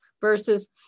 versus